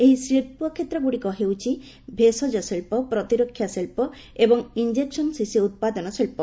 ଏହି ଶିଳ୍ପ କ୍ଷେତ୍ରଗୁଡିକ ହେଉଛି ଭେଷଜ ଶିଳ୍ପ ପ୍ରତିରକ୍ଷା ଶିଳ୍ପ ଏବଂ ଇଞ୍ଜେକସନ୍ ଶିଶି ଉତ୍ପାଦନ ଶିଳ୍ପ